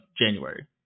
January